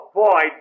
boy